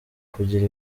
kugira